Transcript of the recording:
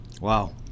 Wow